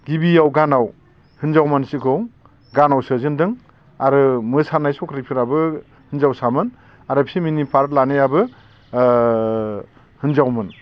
गिबियाव गानाव हिनजाव मानसिखौ गानाव सोजेन्दों आरो मोसानाय सख्रिफोराबो हिनजावसामोन आरो फेमिननि पार्ट लानायाबो ओ हिनजावमोन